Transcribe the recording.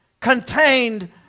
Contained